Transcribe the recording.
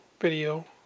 video